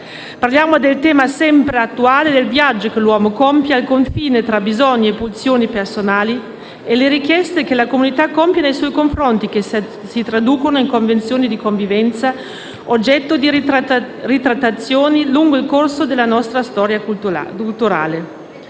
Parliamo del tema sempre attuale del viaggio che l'uomo compie, al confine tra bisogni e pulsioni personali, e le richieste che la comunità compie nei suoi confronti, che si traducono in convenzioni di convivenza, oggetto di ritrattazioni lungo il corso della nostra storia culturale.